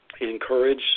encourage